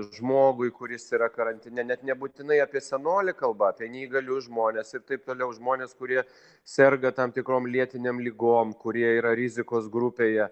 žmogui kuris yra karantine net nebūtinai apie senolį kalba apie neįgalius žmones ir taip toliau žmonės kurie serga tam tikrom lėtinėm ligom kurie yra rizikos grupėje